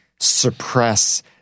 suppress